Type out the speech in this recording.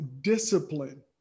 discipline